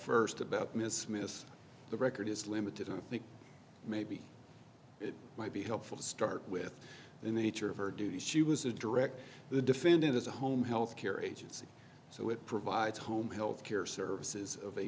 first about ms smith the record is limited i think maybe it might be helpful to start with the nature of her duties she was a direct the defendant is a home health care agency so it provides home health care services of a